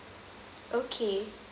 okay